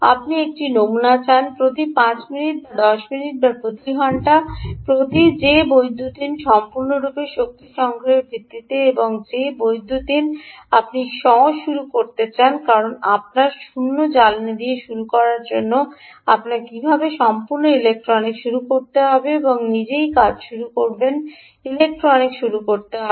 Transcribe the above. আপনি একটি নমুনা চান প্রতি 5 মিনিট বা 10 মিনিট বা প্রতি ঘন্টা প্রতি যে বৈদ্যুতিন সম্পূর্ণরূপে শক্তি সংগ্রহের ভিত্তিতে এবং যে বৈদ্যুতিন আপনি স্ব শুরু করতে চান কারণ আপনার 0 জ্বালানি দিয়ে শুরু করার জন্য আপনাকে কীভাবে সম্পূর্ণ ইলেক্ট্রনিক্স শুরু করতে হবে এবং নিজেই কাজ শুরু করতে ইলেকট্রনিক্স শুরু করতে হবে